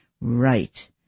Right